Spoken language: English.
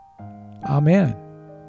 Amen